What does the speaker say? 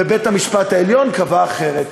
ובית-המשפט העליון קבע אחרת.